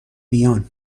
بیان